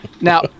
now